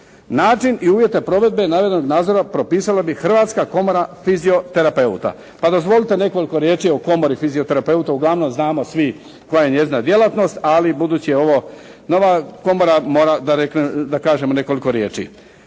Način i uvjete provedbe navedenog nadzora propisala bi Hrvatska komora fizioterapeuta, pa dozvolite nekoliko riječi o Komori fizioterapeuta. Uglavnom znamo svi koja je njezina djelatnost, ali budući je ovo nova komora, moram da reknem, da kažem nekoliko riječi.